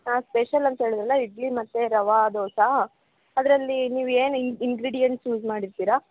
ಹಾಂ ಸ್ಪೆಷಲ್ ಅಂತ ಹೇಳದ್ರಲ್ಲ ಇಡ್ಲಿ ಮತ್ತು ರವೆ ದೋಸೆ ಅದರಲ್ಲಿ ನೀವು ಏನು ಇನ್ಗ್ರಿಡಿಯೆಂಟ್ಸ್ ಯೂಸ್ ಮಾಡಿರ್ತೀರ